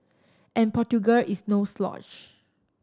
and Portugal is no slouch